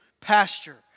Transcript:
pasture